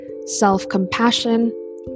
self-compassion